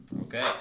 Okay